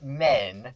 men